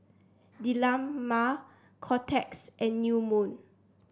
Dilmah Kotex and New Moon